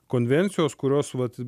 konvencijos kurios vat